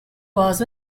was